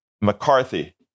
McCarthy